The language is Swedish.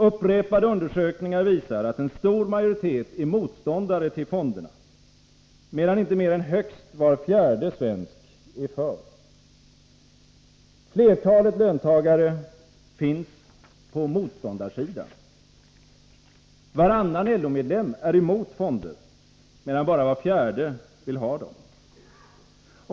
Upprepade undersökningar visar att en stor majoritet är motståndare till fonderna, medan inte mer än högst var fjärde svensk är för. Flertalet löntagare finns på motståndarsidan. Varannan LO-medlem är emot fonder, medan bara var fjärde vill ha dem.